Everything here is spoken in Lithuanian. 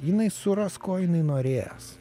jinai suras ko jinai norės